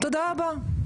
תודה רבה.